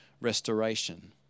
restoration